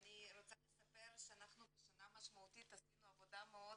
אני רוצה לספר שאנחנו בשנה משמעותית עשינו עבודה מאוד